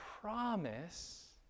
promise